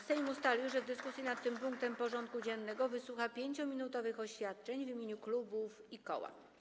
Sejm ustalił, że w dyskusji nad tym punktem porządku dziennego wysłucha 5-minutowych oświadczeń w imieniu klubów i koła.